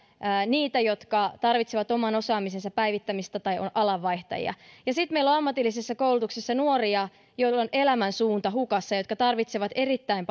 niitä jotka tarvitsevat oman osaamisensa päivittämistä tai ovat alan vaihtajia sitten meillä on ammatillisessa koulutuksessa nuoria joilla on elämän suunta hukassa ja jotka tarvitsevat erittäin